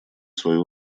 свою